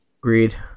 Agreed